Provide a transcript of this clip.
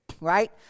right